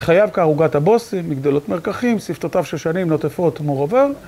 חייו כערוגת הבושם, מגדלות מרככים, שפתותיו שושנים נוטפות מור...